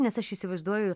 nes aš įsivaizduoju